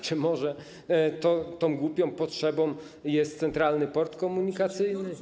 Czy może tą głupią potrzebą jest Centralny Port Komunikacyjny?